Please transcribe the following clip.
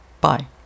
bye